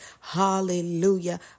hallelujah